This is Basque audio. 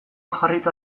jarrita